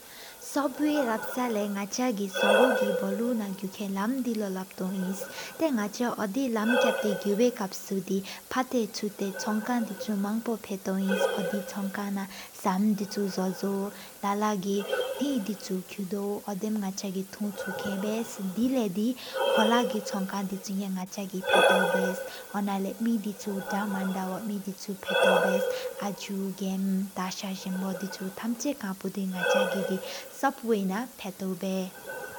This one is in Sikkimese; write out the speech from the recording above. སོབ་ཝེ་ལབ་ས་ལེ་ནག་ཆ་གི་སོ་རུ་གི་བོ་ལུ། གུ་ཁེན་ལམ་དི་ལོ་ལབ་ཏོ་ཨིནས། ཏེ་ནག་ཆ་གི་ཨོ་དེ་ལམ་ཀ་བྷེ་གུ་ཝའི་ཀབ་སུ། ཕ་ཏ་ཆུ་ཏ་ཆོང་ཀང་དི་ཆུ་མང་པོ། ཕ་ཏོ་ཝ་ནོ་པ་དེ་ཆོང་ཀང་ནའི་སམ་དི་ཆུ། ཟོ་དེ་ལ་ལ་གི་ནེ་དི་ཆུ་ཁྭ་ཏོ། ཨོ་དེམ་ནག་ཆ་གི་ཐང་ཕྱུག་ཀེན་བཻ། དེ་ལ་དི་ཁོ་ལ་གི་ཆོང་ཁང་དིན་ཆུ། ཡ་ནག་ཆ་གི་ཕ་ཏོ་བཻས། འོ་ན་ལྷ་དྷ་མན་ཕོ་མེ་དི་ཆུ་ཕེ་ཏོ་བཻས། ཨ་ཇུ་གམ་ཏ་ས་བསེན་བོ་དི་ཆུ་ཐམ་ཆ་ཕ་ཏིའུ་བཻ། ཏེ་ནག་ཆ་གི་དི་སོབ་ཝེན་འ་ཕ་ཏོ་བཻ།